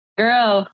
girl